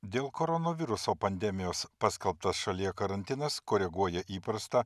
dėl koronaviruso pandemijos paskelbtas šalyje karantinas koreguoja įprastą